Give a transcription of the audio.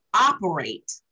operate